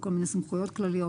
בכל מיני סמכויות כלליות,